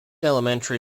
elementary